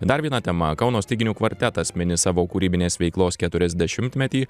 dar viena tema kauno styginių kvartetas mini savo kūrybinės veiklos keturiasdešimtmetį